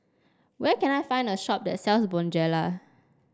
where can I find a shop that sells Bonjela